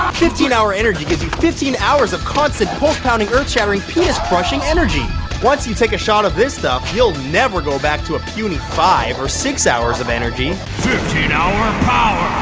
fifteen hour energy gives you fifteen hours of constant, pulse pounding, earth shattering, penis crushing energy once you take a shot of this stuff, you'll never go back to a puny five or six hours of energy fifteen hour power!